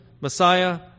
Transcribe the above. Messiah